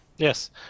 Yes